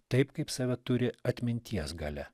taip kaip save turi atminties galia